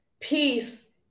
Peace